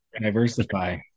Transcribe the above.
diversify